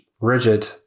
rigid